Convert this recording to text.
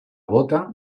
bóta